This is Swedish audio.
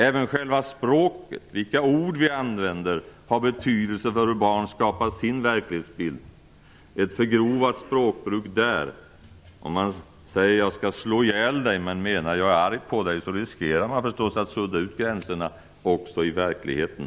Även själva språket, vilka ord vi använder, har betydelse för hur barn skapar sin verklighetsbild. Med ett förgrovat språkbruk, där man säger "Jag ska slå ihjäl dig" men menar "Jag är arg på dig", riskerar man förstås att sudda ut gränserna också i verkligheten.